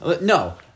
No